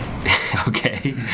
Okay